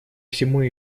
всему